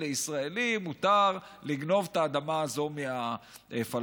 לישראלי מותר לגנוב את האדמה הזאת מהפלסטינים,